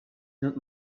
not